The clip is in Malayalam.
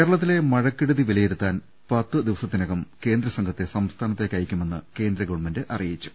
കേരളത്തിലെ മഴക്കെടുതി വിലയിരുത്താൻ പത്തുദിവ സത്തിനകം കേന്ദ്രസംഘത്തെ സംസ്ഥാനത്തേക്കയക്കു മെന്ന് കേന്ദ്രഗവൺമെന്റ് അറിയിച്ചു